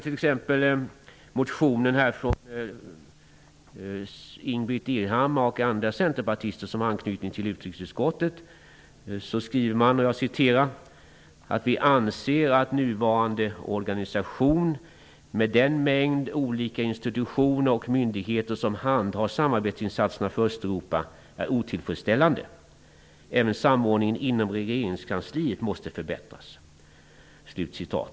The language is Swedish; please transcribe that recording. I en motion av Ingbritt Irhammar och andra centerpartister med anknytning till utrikesutskottet skriver man: Vi anser att nuvarande organisation, med den mängd olika institutioner och myndigheter som handhar samarbetsinsatserna för Östeuropa, är otillfredsställande. Även samordningen inom regeringskansliet måste förbättras.